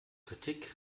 kritik